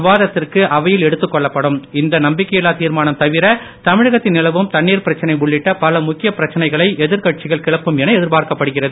விவாதத்திற்கு அவையில் எடுத்துக் இந்த நம்பிக்கையில்லா தீர்மானம் தவிர தமிழகத்தில் நிலவும் தண்ணீர் பிரச்சனை உள்ளிட்ட பல முக்கிய பிரச்சனைகளை எதிர்க்கட்சிகள் கிளப்பும் என எதிர்பார்க்கப்படுகிறது